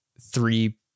three